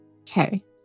Okay